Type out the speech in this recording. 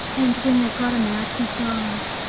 and when they got him out he died.